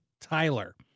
Tyler